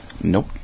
Nope